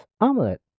omelette